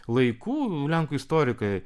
laikų lenkų istorikai